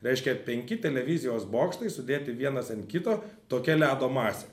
reiškia penki televizijos bokštai sudėti vienas ant kito tokia ledo masė